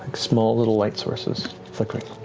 small, little light sources flickering.